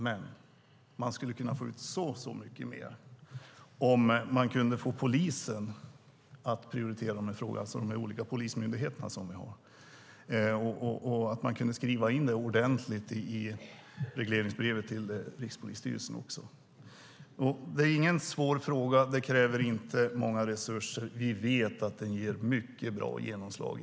Men man skulle kunna få ut så mycket mer om man kunde förmå de olika polismyndigheterna att prioritera dessa frågor. Det skulle också kunna skrivas in i regleringsbrevet till Rikspolisstyrelsen. Det är ingen svår fråga. Det kräver inte mycket resurser. Vi vet att det ger mycket bra genomslag.